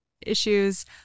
issues